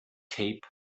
cape